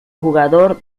jugador